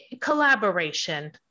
collaboration